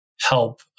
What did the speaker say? help